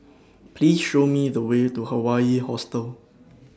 Please Show Me The Way to Hawaii Hostel